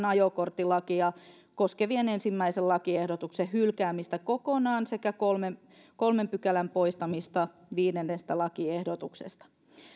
ajokorttilakia koskevan ensimmäisen lakiehdotuksen hylkäämistä kokonaan sekä kolmen kolmen pykälän poistamista viidennestä lakiehdotuksesta